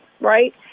right